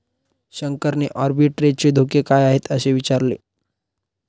शंकरने आर्बिट्रेजचे धोके काय आहेत, असे विचारले